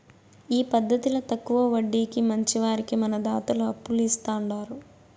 ఈ పద్దతిల తక్కవ వడ్డీకి మంచివారికి మన దాతలు అప్పులు ఇస్తాండారు